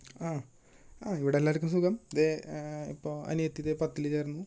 ആ ആ ഇവിടെല്ലാവർക്കും സുഖം ദേ ഇപ്പോൾ അനിയത്തി ദേ പത്തിൽ ചേർന്ന്